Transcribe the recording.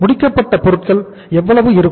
முடிக்கப்பட்ட பொருட்கள் எவ்வளவு இருக்கும்